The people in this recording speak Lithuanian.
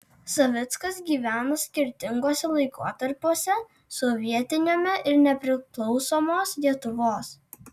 savickas gyveno skirtinguose laikotarpiuose sovietiniame ir nepriklausomos lietuvos